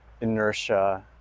inertia